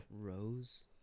Rose